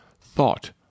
thought